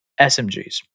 SMGs